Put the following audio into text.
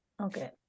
Okay